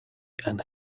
and